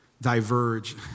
diverge